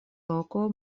loko